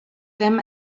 them